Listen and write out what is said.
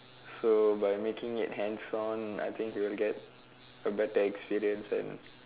so by making it hands on I think he will get a better experience and